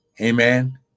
Amen